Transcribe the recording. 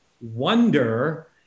wonder